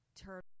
turn